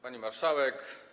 Pani Marszałek!